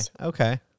Okay